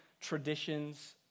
traditions